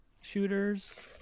shooters